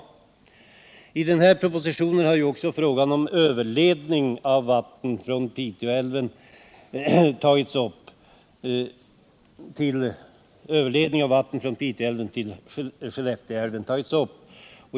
Torsdagen den I propositionen har också frågan om överledning av vatten från Pi 15 december 1977 teälven till Skellefteälven tagits upp.